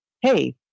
Hey